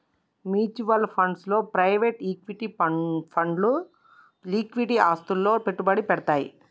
mutual funds లో private equity ఫండ్లు liquid ఆస్తులలో పెట్టుబడి పెడ్తయ్